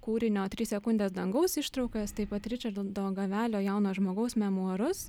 kūrinio trys sekundės dangaus ištraukas taip pat ričardo gavelio jauno žmogaus memuarus